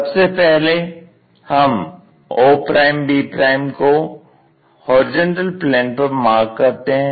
सबसे पहले हम ob को HP पर मार्क करते हैं